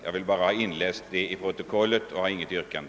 Jag vill bara ha detta inläst till protokollet och har inget yrkande.